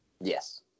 Yes